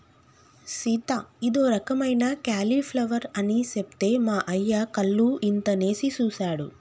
సీత ఇదో రకమైన క్యాలీఫ్లవర్ అని సెప్తే మా అయ్య కళ్ళు ఇంతనేసి సుసాడు